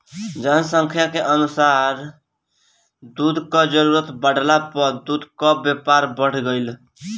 जनसंख्या के अनुसार दूध कअ जरूरत बढ़ला पअ दूध कअ व्यापार बढ़त गइल